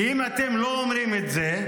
כי אם אתם לא אומרים את זה,